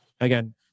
again